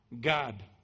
God